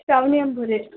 Shravani Ambore